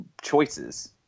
choices